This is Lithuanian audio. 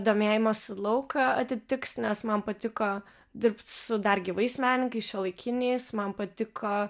domėjimosi lauką atitiks nes man patiko dirbt su dar gyvais menininkais šiuolaikiniais man patiko